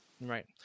Right